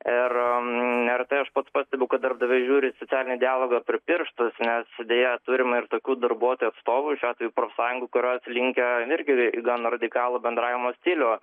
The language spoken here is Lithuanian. ir neretai aš pats pastebiu kad darbdaviai žiūri į socialinį dialogą per pirštus nes deja turime ir tokių darbuotojų atstovų šiuo atveju profsąjungų kurios linkę ten irgi gan radikalų bendravimo stilių